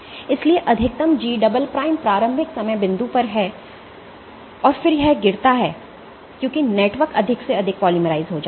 इसलिए अधिकतम G प्रारंभिक समय बिंदु पर है और फिर यह गिरता है क्योंकि नेटवर्क अधिक से अधिक पॉलिमराइज़ हो जाता है